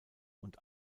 und